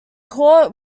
caught